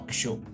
show